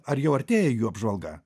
ar jau artėja jų apžvalga